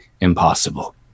impossible